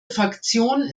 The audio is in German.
fraktion